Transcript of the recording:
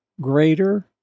greater